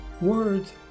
words